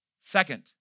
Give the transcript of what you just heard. Second